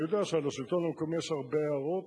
אני יודע שעל השלטון המקומי יש הרבה הערות,